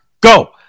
go